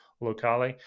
locale